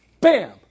Bam